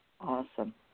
Awesome